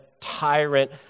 tyrant